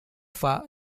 far